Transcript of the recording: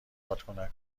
بادکنکا